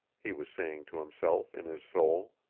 he was saying to himself in his soul,